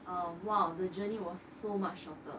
uh !wow! the journey was so much shorter